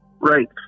Right